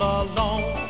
alone